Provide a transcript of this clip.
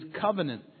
covenant